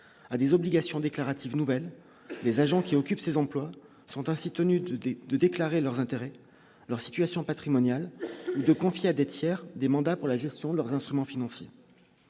à des obligations déclaratives nouvelle les agents qui occupent ces emplois sont ainsi tenu du du de déclarer leurs intérêts, leur situation patrimoniale de confier à des tiers des mandats pour la gestion de leurs instruments financiers